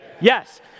Yes